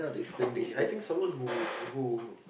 I think I think someone who who